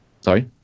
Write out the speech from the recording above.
Sorry